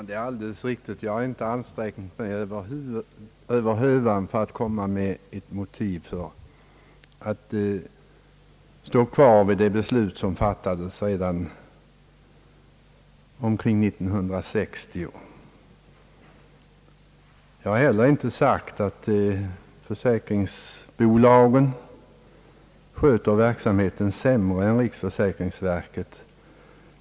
Herr talman! Jag har inte ansträngt mig över hövan för att komma med motiv för att stå kvar vid det beslut som fattades redan omkring 1960. Jag har heller inte sagt, att försäkringsbolagen sköter verksamheten sämre än riksförsäkringsverket.